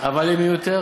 אבל היא מיותרת.